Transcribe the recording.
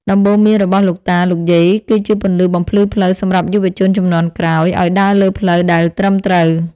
ដំបូន្មានរបស់លោកតា លោកយាយ គឺជាពន្លឺបំភ្លឺផ្លូវសម្រាប់យុវជនជំនាន់ក្រោយឱ្យដើរលើផ្លូវដែលត្រឹមត្រូវ។